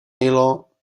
nilo